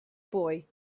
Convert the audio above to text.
boy